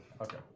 Okay